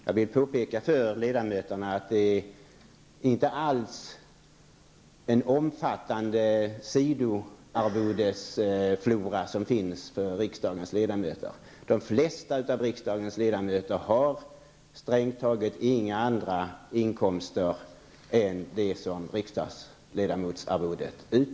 Jag vill fästa uppmärksamheten på att det inte alls förekommer någon omfattande sidoarvodesflora bland riksdagens ledamöter. De flesta har strängt taget inga andra inkomster än riksdagsledamotsarvodet.